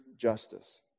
justice